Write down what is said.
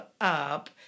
up